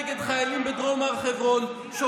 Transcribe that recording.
למה את מצדיקה בריונות ואלימות?